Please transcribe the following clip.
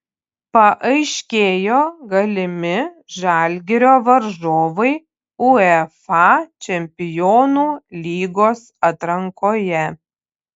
paaiškėjo galimi žalgirio varžovai uefa čempionų lygos atrankoje